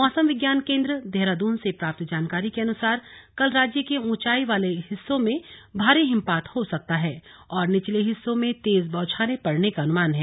मौसम विज्ञान केंद्र देहरादून से प्राप्त जानकारी के अनुसार कल राज्य के ऊंचाई वाले हिस्सों में भारी हिमपात हो सकता है और निचले हिस्सों में तेज बौछारें पड़ने का अनुमान है